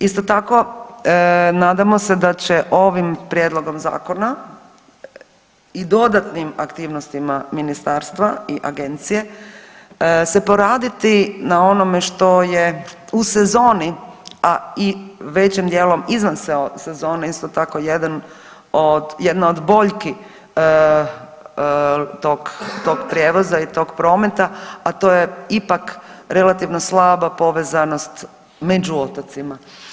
Isto tako nadamo se da će ovim prijedlogom zakona i dodatnim aktivnostima ministarstva i agencije se poraditi na onome što je u sezoni, a i većim dijelom izvan sezone isto tako jedna od boljki tog prijevoza i tog prometa, a to je ipak relativno slaba povezanost među otocima.